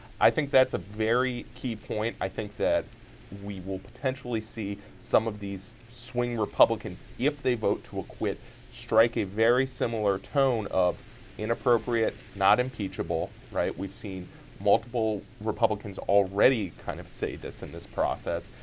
i think that's a very key point i think that we will potentially see some of these swing republicans if they vote to acquit strike a very similar tone of inappropriate, not impeachable, right? we've seen multiple republicans already kind of say this in this process.